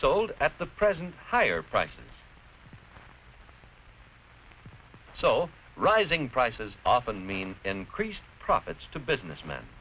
sold at the present higher price so rising prices often mean increased profits to businessm